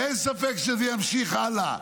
אין ספק שזה ימשיך הלאה,